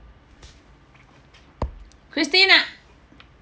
christine ah